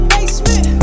Basement